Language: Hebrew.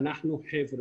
אנחנו ציפינו